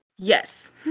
Yes